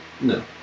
No